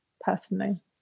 personally